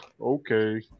Okay